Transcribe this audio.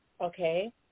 okay